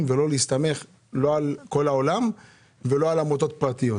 ולא להסתמך לא על העולם ולא על עמותות פרטיות.